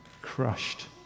crushed